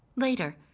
later,